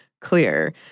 clear